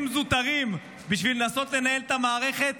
זוטרים בשביל לנסות לנהל את המערכת,